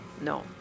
no